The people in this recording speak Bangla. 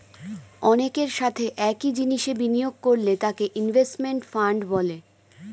অনেকের সাথে একই জিনিসে বিনিয়োগ করলে তাকে ইনভেস্টমেন্ট ফান্ড বলে